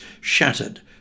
shattered